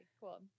cool